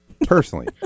personally